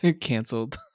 canceled